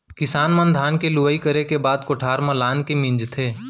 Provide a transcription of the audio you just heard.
किसान मन धान के लुवई करे के बाद म कोठार म लानके मिंजथे